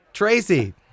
Tracy